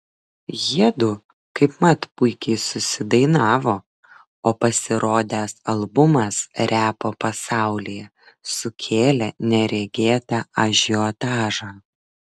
jiedu kaipmat puikiai susidainavo o pasirodęs albumas repo pasaulyje sukėlė neregėtą ažiotažą